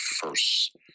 first